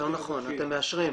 --- לא נכון, אתם מאשרים.